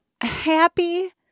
happy